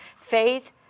Faith